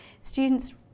Students